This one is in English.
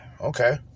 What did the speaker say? Okay